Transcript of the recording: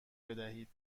بدهید